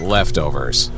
Leftovers